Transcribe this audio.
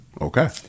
Okay